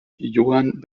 johann